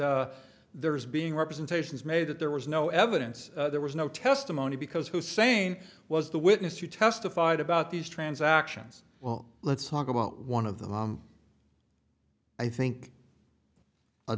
there was being representations made that there was no evidence there was no testimony because hussein was the witness you testified about these transactions well let's talk about one of them i think a